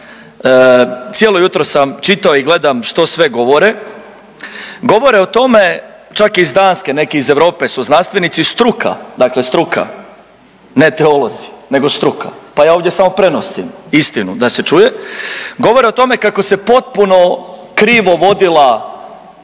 cijelo jutro sam čitao i gledam što sve govore. Govore o tome čak iz Danske neki iz Europe su znanstvenici, struka, dakle struka ne teolozi, nego struka pa ja ovdje samo prenosim istinu da se čuje, govore o tome kako se potpuno krivo vodila politika